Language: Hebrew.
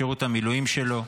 בשירות המילואים שלו.